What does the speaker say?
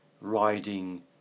riding